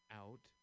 out